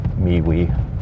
MeWe